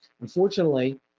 Unfortunately